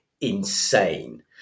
insane